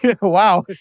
Wow